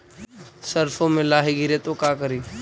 सरसो मे लाहि गिरे तो का करि?